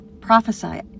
Prophesy